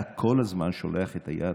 אתה כל הזמן שולח את היד